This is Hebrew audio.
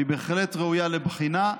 והיא בהחלט ראויה לבחינה.